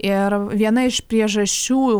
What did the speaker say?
ir viena iš priežasčių